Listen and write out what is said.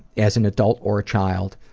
as an adult or child.